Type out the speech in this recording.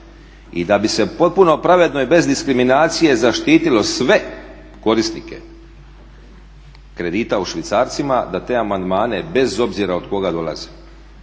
i da bi se potpuno pravedno i bez diskriminacije zaštitilo sve korisnike kredita u švicarcima, da te amandmane bez obzira od koga dolaze